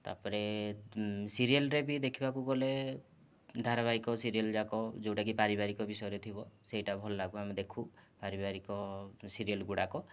ତା'ପରେ ସିରିଏଲ୍ ରେ ବି ଦେଖିବାକୁ ଗଲେ ଧାରାବାହିକ ସିରିଏଲ୍ ଯାକ ଯେଉଁଟାକି ପାରିବାରିକ ବିଷୟରେ ଥିବ ସେହିଟା ଭଲ ଲାଗେ ଆମେ ଦେଖୁ ପାରିବାରିକ ସିରିଏଲ୍ ଗୁଡ଼ାକ